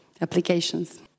applications